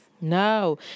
No